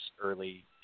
early